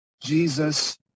Jesus